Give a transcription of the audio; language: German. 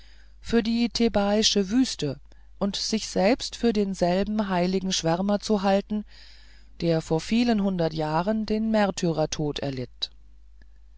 für die thebaische wüste und sich selbst für denselben heiligen schwärmer zu halten der vor vielen hundert jahren den märtyrertod erlitt